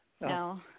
No